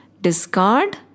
discard